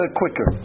quicker